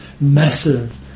massive